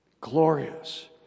glorious